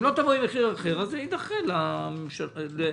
אם לא תבואו עם מחיר אחר אז זה יידחה לממשלה הבאה.